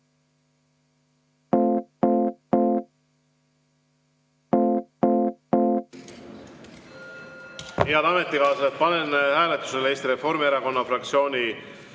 Head ametikaaslased, panen hääletusele Eesti Reformierakonna fraktsiooni